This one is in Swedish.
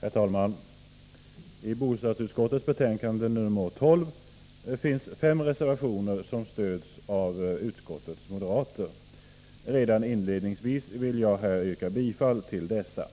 Herr talman! I bostadsutskottets betänkande nr 12 finns fem reservationer som stöds av utskottets moderater. Redan inledningsvis vill jag yrka bifall till dessa reservationer.